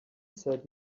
said